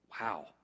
wow